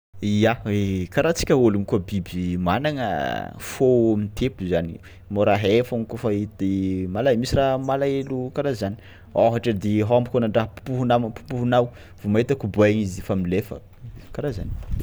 Ya karaha antsika ôlogno koa biby managna fô mitempo zany, môra hay foagna kaofa i- mala- misy raha malahelo karaha zany ôhatra edy ômby kôa nandraha popohonao popohonao vao mahita kobay izy efa milefa, karaha zany.